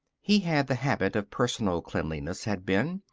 he had the habit of personal cleanliness, had ben,